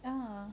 ya